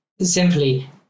simply